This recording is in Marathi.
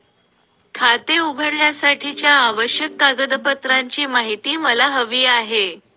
खाते उघडण्यासाठीच्या आवश्यक कागदपत्रांची माहिती मला हवी आहे